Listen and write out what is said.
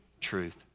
truth